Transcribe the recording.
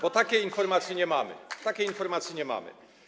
Bo takiej informacji nie mamy, takiej informacji nie mamy.